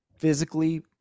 physically